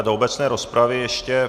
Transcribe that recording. Do obecné rozpravy ještě...